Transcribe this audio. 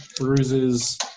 Bruises